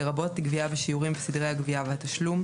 לרבות גבייה בשיעורים וסדרי הגבייה והתשלום,